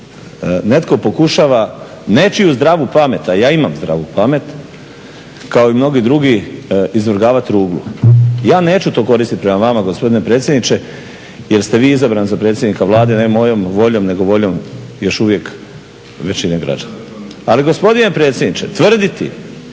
netko pokušava nečiju zdravu pamet, a ja imam zdravu pamet, kao i mnogi drugi izvrgavati ruglu. Ja neću to koristiti prema vama gospodine predsjedniče jer ste vi izabran za predsjednika Vlade ne mojom voljom nego voljom još uvijek većine građana. Ali gospodine predsjedniče tvrditi